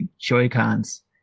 Joy-Cons